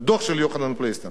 בדוח של יוחנן פלסנר,